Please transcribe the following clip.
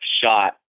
shot